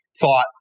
thought